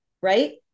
right